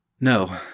No